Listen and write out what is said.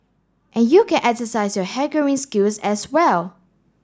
and you can exercise your haggling skills as well